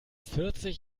vierzig